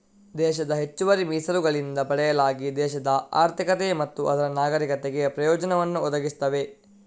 ದೇಶದ ಹೆಚ್ಚುವರಿ ಮೀಸಲುಗಳಿಂದ ಪಡೆಯಲಾಗಿ ದೇಶದ ಆರ್ಥಿಕತೆ ಮತ್ತು ಅದರ ನಾಗರೀಕರಿಗೆ ಪ್ರಯೋಜನವನ್ನು ಒದಗಿಸ್ತವೆ